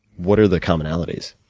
what are the commonalities?